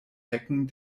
hecken